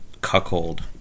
Cuckold